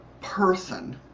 person